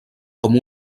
com